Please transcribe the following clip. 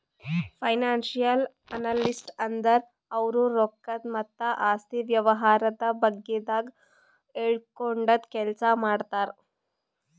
financial analyst ಅಂದ್ರ ಇವ್ರು ರೊಕ್ಕದ್ ಮತ್ತ್ ಆಸ್ತಿ ವ್ಯವಹಾರದ ಬಗ್ಗೆದಾಗ್ ಹೇಳ್ಕೊಡದ್ ಕೆಲ್ಸ್ ಮಾಡ್ತರ್